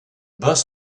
bus